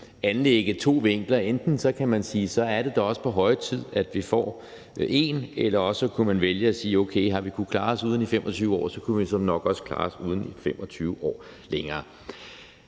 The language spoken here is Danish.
anlægge to vinkler – enten kan man sige, at så er det da også på høje tid, at vi får en, eller også kunne man vælge at sige, at har vi kunnet klare os uden i 25 år, kunne vi såmænd nok også klare os uden i 25 år mere.